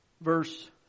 verse